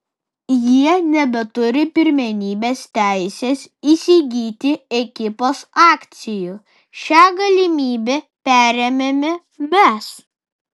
jie nebeturi pirmenybės teisės įsigyti ekipos akcijų šią galimybę perėmėme mes